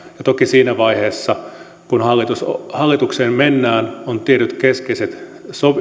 toki siinä vaiheessa kun hallitukseen mennään on siitä tietyt keskeiset